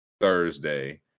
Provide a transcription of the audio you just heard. Thursday